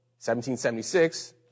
1776